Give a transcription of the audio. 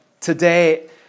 today